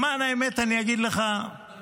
למען האמת, אני אגיד לך -- לא